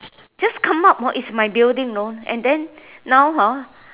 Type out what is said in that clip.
just come up is my building know and then now hor